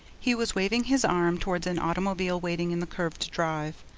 he was waving his arm towards an automobile waiting in the curved drive.